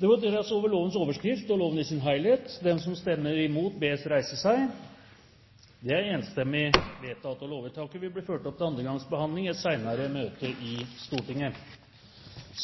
Det voteres over lovens overskrift og loven i sin helhet. Lovvedtaket vil bli ført opp til andre gangs behandling i et senere møte i Stortinget.